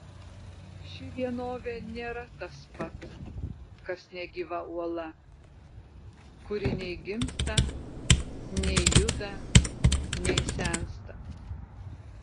ši vienovė nėra tas pat kas negyva uola kuri nei gimsta nei juda nei sensta